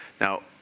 now